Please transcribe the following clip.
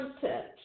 content